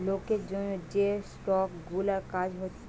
লোকের জন্যে যে স্টক গুলার কাজ হচ্ছে